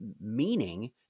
Meaning